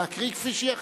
להקריא כפי שהיא.